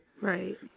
Right